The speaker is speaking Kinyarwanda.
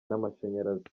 n’amashanyarazi